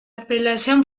apelación